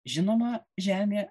žinoma žemė